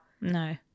No